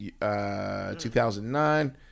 2009